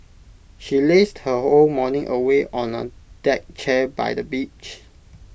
she lazed her whole morning away on A deck chair by the beach